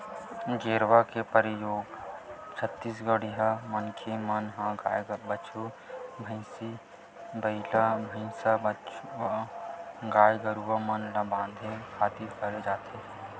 गेरवा के परियोग छत्तीसगढ़िया मनखे मन ह गाय, बछरू, भंइसी, बइला, भइसा, बछवा गाय गरुवा मन ल बांधे खातिर करे जाथे